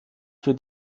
für